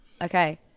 Okay